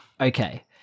okay